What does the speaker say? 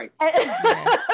Right